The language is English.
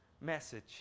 message